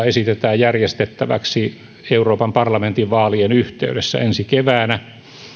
esitetään järjestettäväksi euroopan parlamentin vaalien yhteydessä ensi keväänä